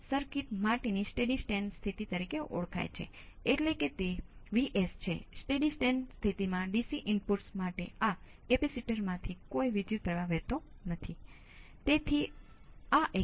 હવે ખરેખર તમે જાણો છો કે જો તમારી પાસે વોલ્ટેજ સ્રોત કેપેસિટર લૂપ્સ હોય તો જ તે થશે